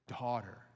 daughter